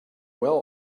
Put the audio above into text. well